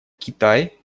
китай